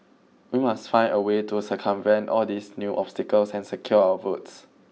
we must find a way to circumvent all these new obstacles and secure our votes